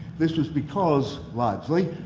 this was because largely,